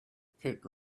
pit